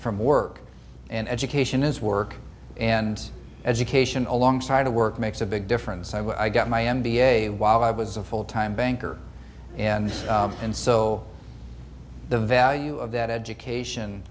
from work and education is work and education alongside the work makes a big difference i've got my m b a while i was a full time banker and and so the value of that education